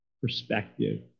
perspective